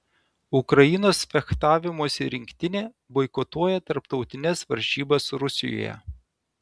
ukrainos fechtavimosi rinktinė boikotuoja tarptautines varžybas rusijoje